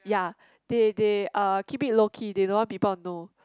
ya they they uh keep it low key they don't want people to know